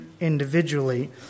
individually